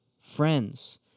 friends